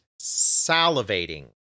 salivating